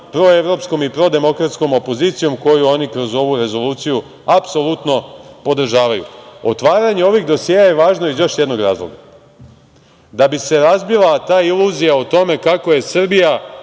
proevropskom i prodemokratskom opozicijom koju oni kroz ovu rezoluciju apsolutno podržavaju. Otvaranje ovih dosijea je važno iz još jednog razloga, da bi se razbila ta iluzija o tome kako je Srbija